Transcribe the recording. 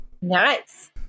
nice